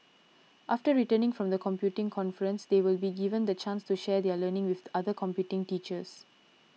after returning from the computing conference they will be given the chance to share their learning with other computing teachers